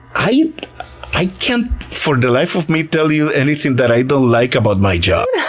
i i can't for the life of me tell you anything that i don't like about my job! yeah